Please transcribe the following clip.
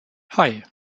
hei